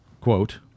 quote